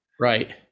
Right